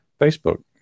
Facebook